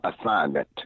assignment